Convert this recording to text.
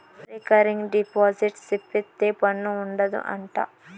recurring deposit సేపిత్తే పన్ను ఉండదు అంట